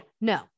no